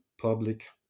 public